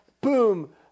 boom